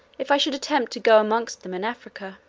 if i should attempt to go amongst them in africa.